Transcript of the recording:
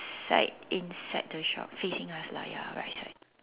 side inside the shop facing us lah ya right side